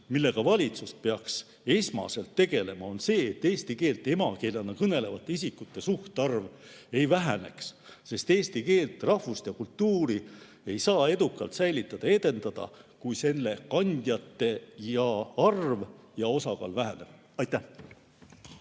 millega valitsus peaks tegelema, on see, et eesti keelt emakeelena kõnelevate isikute suhtarv ei väheneks, sest eesti keelt, rahvust ja kultuuri ei saa edukalt säilitada ega edendada siis, kui selle kandjate arv ja nende osakaal väheneb. Aitäh!